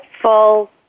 full